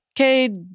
Okay